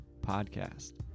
podcast